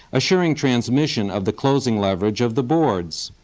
assuring transmission of the closing leverage of the boards.